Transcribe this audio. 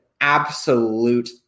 absolute –